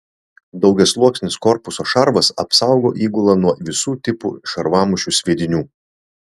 daugiasluoksnis korpuso šarvas apsaugo įgulą nuo visų tipų šarvamušių sviedinių